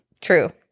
True